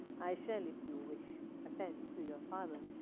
i shall, if you wish, attend to your father.